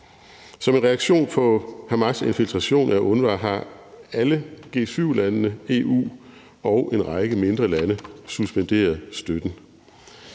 Som en reaktion på Hamas' infiltration af UNRWA har alle G7-landene, EU og en række mindre lande suspenderet støtten.